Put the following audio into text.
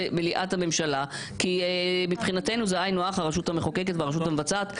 מליאת הממשלה כי מבחינתנו זה היינו הך הרשות המחוקקת והרשות המבצעת.